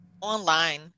online